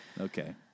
Okay